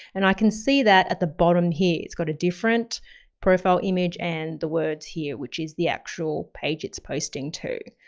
and i can see that at the bottom here, it's got a different profile image and the words here, which is the actual page it's posting to.